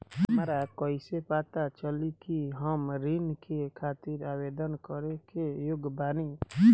हमरा कइसे पता चली कि हम ऋण के खातिर आवेदन करे के योग्य बानी?